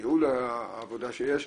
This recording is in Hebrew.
ייעול העבודה שיש.